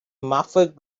muffled